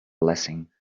blessing